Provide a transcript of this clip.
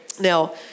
Now